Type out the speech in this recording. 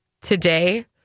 Today